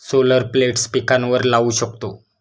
solar plates पिकांवर लाऊ शकतो